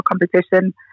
competition